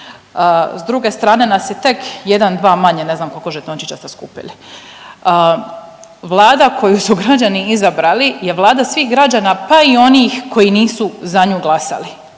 S druge strane nas je tek jedan, dva manje, ne znam koliko žetončića ste skupili. Vlada koju su građani izabrali je vlada svih građana pa i onih koji nisu za nju glasali,